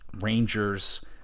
Rangers